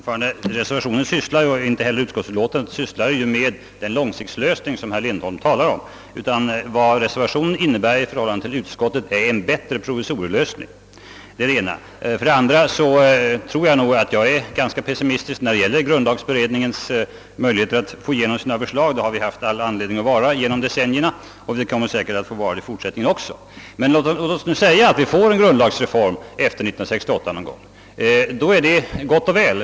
Herr talman! Varken reservationen eller utskottsutlåtandet sysslar med den långsiktslösning som herr Lindholm talar om. Vad reservationen innebär i jämförelse med utskottets förslag är en bättre provisorisk lösning. Jag är ganska pessimistisk beträffande grundlagsberedningens möjligheter att få igenom sina förslag. Jag tycker att de senaste decennierna inte har givit oss någon anledning att vara optimistiska. Men låt oss säga att vi får en grundlagsreform någon gång efter 1968. Då är det gott och väl.